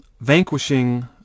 vanquishing